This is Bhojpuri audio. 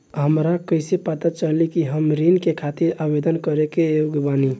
हमरा कइसे पता चली कि हम ऋण के खातिर आवेदन करे के योग्य बानी?